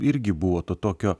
irgi buvo to tokio